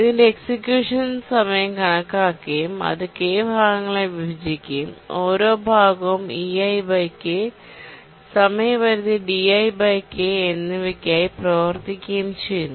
ഇതിന്റെ എക്സിക്യൂഷൻ സമയം കണക്കാക്കുകയും അത് k ഭാഗങ്ങളായി വിഭജിക്കുകയും ഓരോ ഭാഗവും ei k സമയപരിധി di k എന്നിവയ്ക്കായി പ്രവർത്തിക്കുകയും ചെയ്യുന്നു